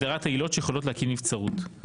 ראשית, הגדרת העילות שיכולות להקים נבצרות.